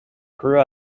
grew